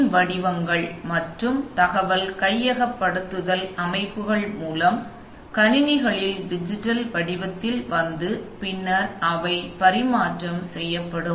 மின் வடிவங்கள் மற்றும் தகவல் கையகப்படுத்தல் அமைப்புகள் மூலம் கணினிகளில் டிஜிட்டல் வடிவத்தில் வந்து பின்னர் அவை பரிமாற்றம் செய்யப்படும்